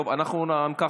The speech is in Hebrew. אם כך,